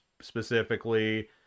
specifically